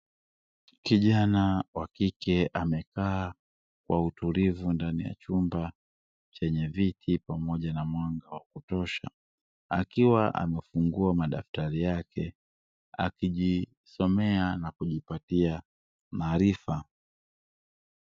Kijana wa kike amekaa kwa utulivu ndani ya chumba chenye viti pamoja na mwanga wa kutosha akiwa amefungua madaftari yake akijisomea na kujipatia maarifa.